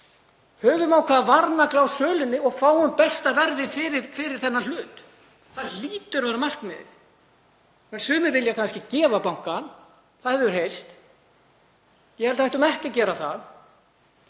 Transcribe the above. sláum ákveðna varnagla við söluna og fáum besta verðið fyrir þennan hlut. Það hlýtur að vera markmiðið. Sumir vilja kannski gefa bankann, það hefur heyrst. Ég held að við ættum ekki að gera það.